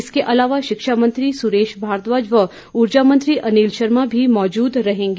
इसके अलावा शिक्षा मंत्री सुरेश भारद्वाज व ऊर्जा मंत्री अनिल शर्मा भी मौजूद रहेंगे